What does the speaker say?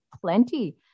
plenty